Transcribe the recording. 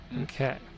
Okay